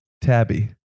Tabby